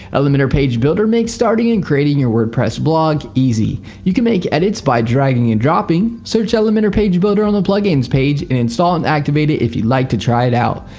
elementor page builder makes starting and creating your wordpress blog easy. you can make edits by dragging and dropping. search elementor page builder on the plugins page and install and activate it if you'd like to try it out.